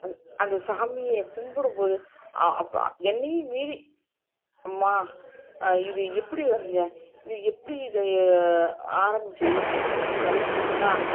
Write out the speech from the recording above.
அந் அந்த சாமியை கும்பிடும்போது அப்போ என்னையும் மீறி அம்மா இதை எப்படி வரைஞ்ச இது எப்படி இது ஆரமித்தது எப்படி இதை முடிச்ச ஆனா